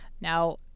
Now